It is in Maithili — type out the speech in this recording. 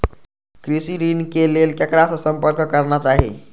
कृषि ऋण के लेल ककरा से संपर्क करना चाही?